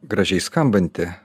gražiai skambanti